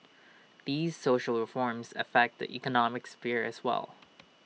these social reforms affect the economic sphere as well